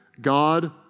God